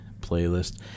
playlist